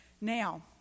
Now